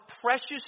precious